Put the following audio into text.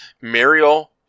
Muriel